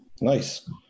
nice